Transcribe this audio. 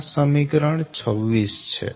આ સમીકરણ 26 છે